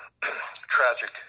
tragic